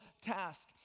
task